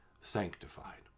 sanctified